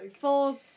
four